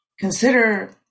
consider